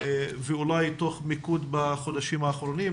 ואולי תוך מיקוד בחודשים האחרונים,